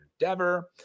Endeavor